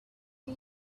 and